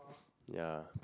ya